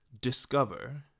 discover